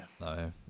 No